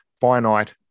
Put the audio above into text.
finite